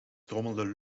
trommelden